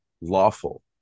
lawful